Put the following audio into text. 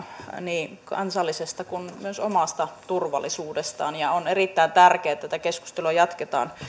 niin kansallisesta kuin myös omasta turvallisuudestaan on erittäin tärkeää että tätä keskustelua jatketaan